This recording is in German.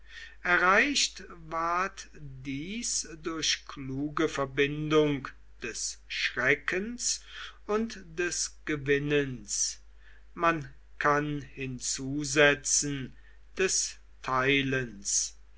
erreicht ward dies durch kluge verbindung des schreckens und des gewinnens man kann hinzusetzen des teilens